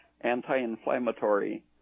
Anti-inflammatory